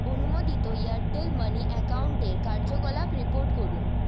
অনুমোদিত এয়ারটেল মানি অ্যাকাউন্টের কার্যকলাপ রিপোর্ট করুন